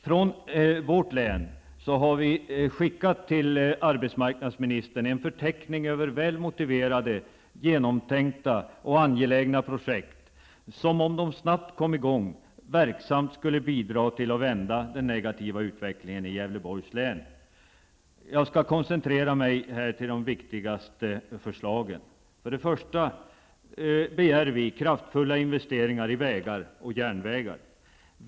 Från vårt län har vi till arbetsmarknadsministern skickat en förteckning över väl motiverade, genomtänkta angelägna projekt som, om de snabbt kom i gång, verksamt skulle bidra till att vända den negativa utvecklingen i Gävleborgs län. Jag skall här koncentrera mig till de viktigaste förslagen. Vi begär kraftfulla investeringar i vägar och järnvägar.